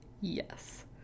Yes